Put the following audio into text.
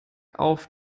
auf